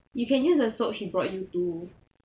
you can use the soap she brought you too